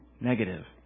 negative